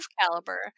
caliber